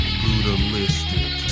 brutalistic